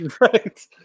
Right